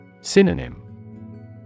Synonym